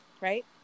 right